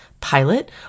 pilot